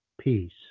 Peace